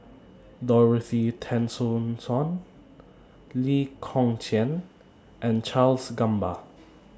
Dorothy Tessensohn Lee Kong Chian and Charles Gamba